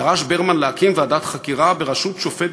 דרש להקים ועדת חקירה בראשות שופט